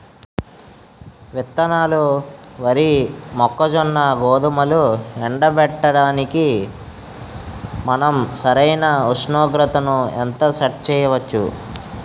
విత్తనాలు వరి, మొక్కజొన్న, గోధుమలు ఎండబెట్టడానికి మనం సరైన ఉష్ణోగ్రతను ఎంత సెట్ చేయవచ్చు?